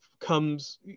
comes